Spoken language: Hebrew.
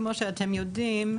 כמו שאתם יודעים,